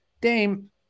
Dame